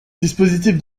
dispositif